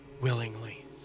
willingly